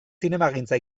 zinemagintza